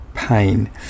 pain